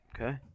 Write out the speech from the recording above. Okay